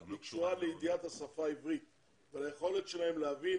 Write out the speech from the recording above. היא קשורה לידיעת השפה העברית ועל היכולת שלהם להבין